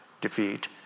defeat